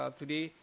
today